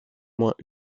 moins